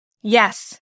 Yes